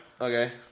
Okay